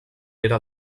era